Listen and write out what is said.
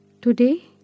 Today